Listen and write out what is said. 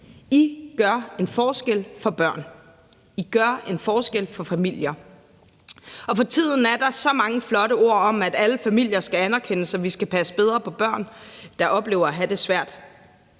I gør en forskel for børn, I gør en forskel for familier. For tiden er der så mange flotte ord om, at alle familier skal anerkendes, og at vi skal passe bedre på de børn, der oplever at have det svært.